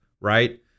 right